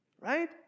right